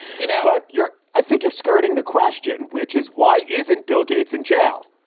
you know, but you're i think you're skirting the question, which is why isn't bill gates in jail?